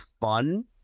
fun